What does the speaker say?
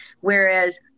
Whereas